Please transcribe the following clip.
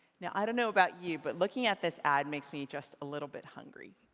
now i don't know about you, but looking at this ad makes me just a little bit hungry.